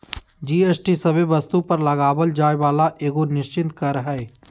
GST सभे वस्तु पर लगावल जाय वाला एगो निश्चित कर हय